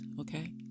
okay